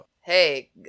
Hey